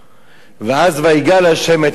ואז "ויגל ה' את עיני בלעם".